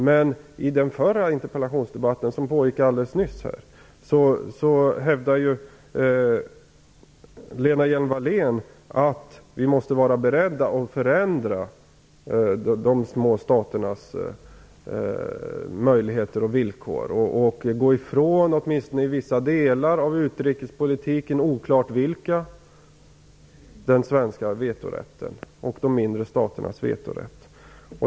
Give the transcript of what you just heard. Men i den förra interpellationsdebatten, som pågick här alldeles nyss, hävdade Lena Hjelm-Wallén att vi måste vara beredda att förändra de små staternas möjligheter och villkor och åtminstone i vissa delar av utrikespolitiken, oklart vilka, gå ifrån den svenska vetorätten och de mindre staternas vetorätt.